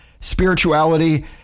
spirituality